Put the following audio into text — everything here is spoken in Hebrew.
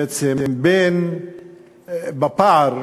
בעצם, בפער,